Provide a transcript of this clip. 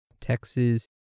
Texas